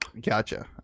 gotcha